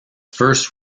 first